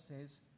says